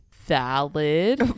Valid